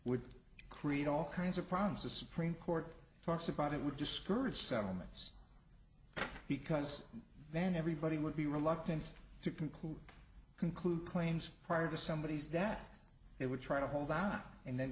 would create all kinds of problems the supreme court talks about it would discourage settlements because then everybody would be reluctant to conclude conclude claims prior to somebodies that it would try to hold on and then